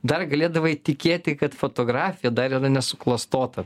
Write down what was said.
dar galėdavai tikėti kad fotografija dar ir nesuklastota